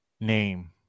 name